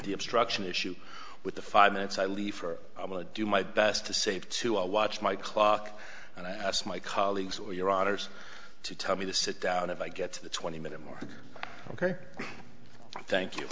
the obstruction issue with the five minutes i leave for i will do my best to save two i watch my clock and i asked my colleagues or your honour's to tell me to sit down if i get to the twenty minute mark ok thank you